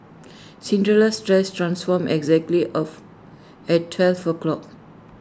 Cinderella's dress transformed exactly of at twelve o'clock